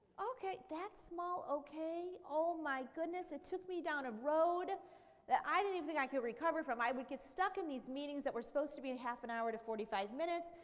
okay. that small okay, oh my goodness, it took me down a road that i didn't even think i could recover from. i would get stuck in these meetings that were supposed to be and half an hour to forty five minutes,